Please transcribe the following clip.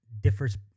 differs